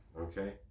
okay